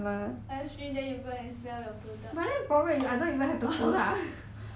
oh maybe you should do a live stream